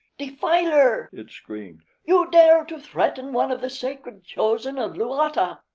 defiler! it screamed. you dare to threaten one of the sacred chosen of luata!